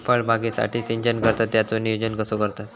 फळबागेसाठी सिंचन करतत त्याचो नियोजन कसो करतत?